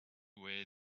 where